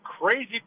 crazy